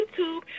YouTube